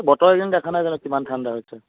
বতৰ এইকেইদিন দেখা নাই জানো কিমান ঠাণ্ডা হৈছে